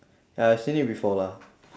ya I seen it before lah